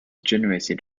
generated